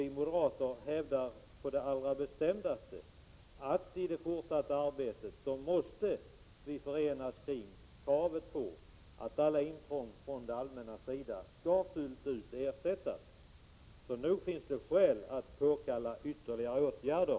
Vi moderater hävdar på det allra bestämdaste att man i det fortsatta arbetet måste förenas kring kravet på att alla intrång från det allmännas sida skall fullt ut ersättas. Herr talman! Nog finns det skäl att påkalla ytterligare åtgärder.